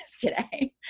today